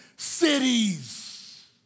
Cities